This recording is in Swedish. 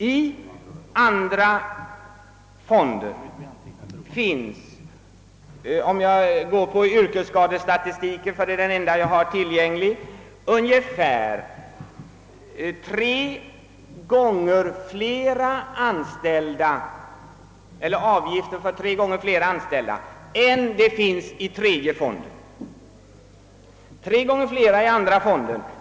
Till andra fonden har enligt yrkesskadestatistiken — det är den enda jag har tillgänglig — inbetalats avgifter för ungefär tre gånger fler anställda än till tredje fonden.